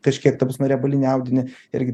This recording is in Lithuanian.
kažkiek ta prasme riebalinį audinį irgi